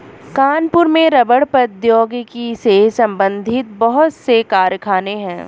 कानपुर में रबड़ प्रौद्योगिकी से संबंधित बहुत से कारखाने है